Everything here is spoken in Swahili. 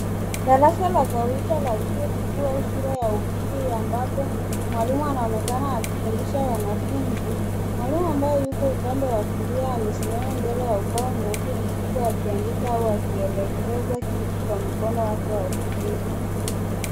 Darasa la kawaida la chuo kikuu au shule ya upili ambapo mwalimu anaonekana akifundisha wanafunzi . Mwalimu ambaye yupo upande wa kulia amesimama mbele ya ubao mweupe mkubwa akiandika au akielekeza kitu kwa mkono wake wa kulia.